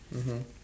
mmhmm